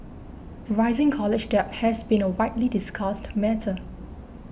rising college debt has been a widely discussed matter